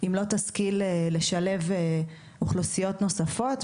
אם לא תשכיל לשלב אוכלוסיות נוספות,